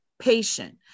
patient